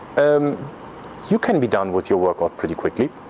and you can be done with your workout pretty quickly.